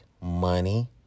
money